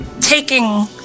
taking